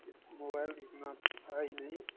इत मोबाइल इतना था ही नहीं